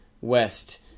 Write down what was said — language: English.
west